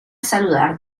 saludar